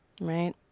right